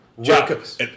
Jacobs